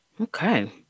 Okay